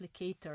applicator